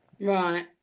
right